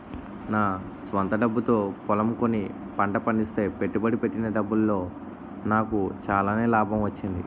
నా స్వంత డబ్బుతో పొలం కొని పంట పండిస్తే పెట్టుబడి పెట్టిన డబ్బులో నాకు చాలానే లాభం వచ్చింది